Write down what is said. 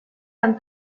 amb